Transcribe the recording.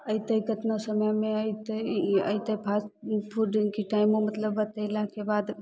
अयतै केतना समयमे अयतै अयतै फास्ट फूडके टाइममे मतलब बतेलाके बाद